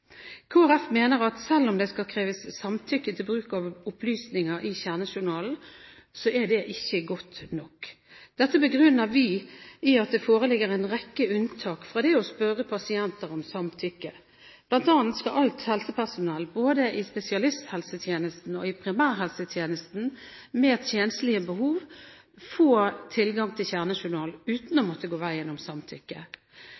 mener at selv om det skal kreves samtykke til bruk av opplysninger i kjernejournalen, er dette ikke godt nok. Dette begrunner vi i at det foreligger en rekke unntak fra det å spørre pasienter om samtykke. Blant annet skal alt helsepersonell, både i spesialisthelsetjenesten og i primærhelsetjenesten, med tjenstlige behov få tilgang til kjernejournal uten